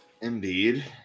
Indeed